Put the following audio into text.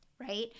right